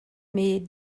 mais